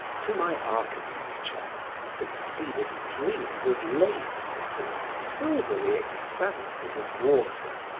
to my architecture succeeded dreams of lakes and silvery expanses of water